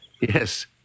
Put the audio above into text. Yes